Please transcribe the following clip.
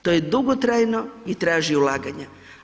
To je dugotrajno i traži ulaganja.